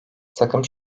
takım